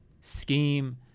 scheme